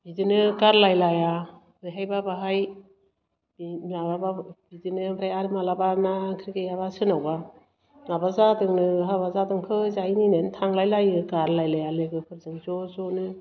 बिदिनो गारलाय लाया बेहायबा बाहाय बि मालाबा बिदिनो ओमफ्राय आर मालाबाना ना ओंख्रि गैयाबा सोरनावबा माबा जादोंनो हाबा जादों थो जाहैनो होन्नानै थांलाय लायो गारलाय लाया लोगोफोरजों ज' ज'नो